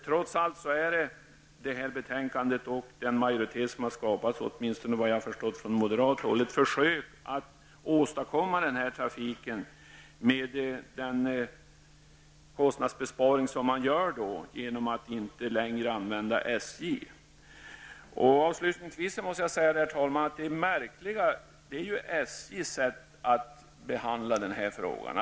Trots allt är det här betänkandet och den majoritet som har skapats -- så har jag åtminstone förstått vad som har sagts på moderat håll -- ett försök att åstadkomma den här trafiken med den kostnadsbesparing som man gör genom att inte längre använda SJ. Avslutningvis måste jag säga, herr talman, att det märkliga är SJs sätt att behandla den här frågan.